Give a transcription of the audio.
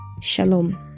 Shalom